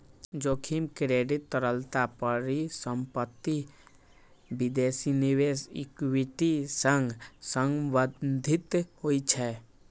जोखिम क्रेडिट, तरलता, परिसंपत्ति, विदेशी निवेश, इक्विटी सं संबंधित होइ छै